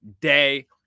day